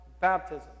baptism